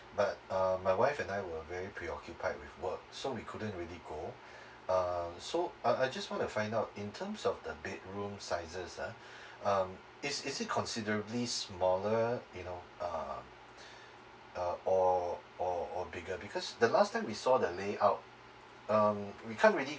but uh my wife and I were very preoccupied with work so we couldn't really go uh so I I just want to find out in terms of the bedroom sizes ah um is is it considerably smaller you know um uh or or or bigger because the last time we saw the layout um we can't really